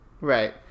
Right